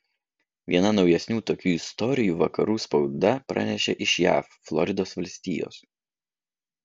vieną naujesnių tokių istorijų vakarų spauda pranešė iš jav floridos valstijos